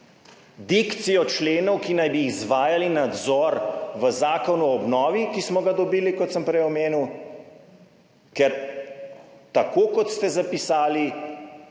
dikcijo členov, ki naj bi izvajali nadzor v Zakonu o obnovi, ki smo ga dobili, kot sem prej omenil, ker tako kot ste zapisali,